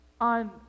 on